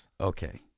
Okay